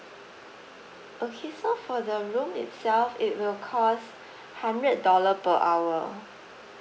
okay so for the room itself it will cost hundred dollar per hour